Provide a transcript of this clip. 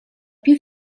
più